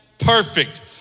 perfect